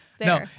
No